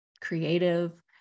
creative